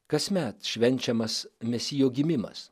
kasmet švenčiamas mesijo gimimas